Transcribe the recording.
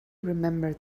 remembered